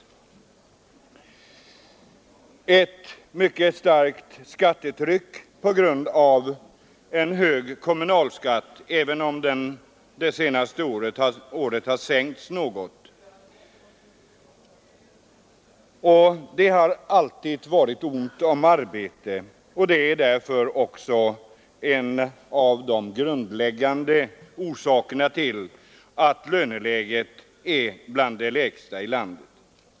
Skattetrycket är bland de hårdare genom den mycket höga kommunalskatten — även om denna det senaste året sänkts något. Det har alltid varit ont om arbete, och detta är en av de grundläggande orsakerna till att löneläget är bland de lägsta i landet.